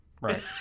right